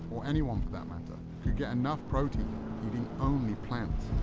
or anyone for that matter, could get enough protein eating only plants.